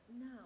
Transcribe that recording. now